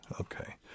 Okay